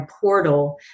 portal